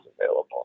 available